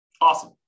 Awesome